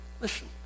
listen